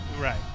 Right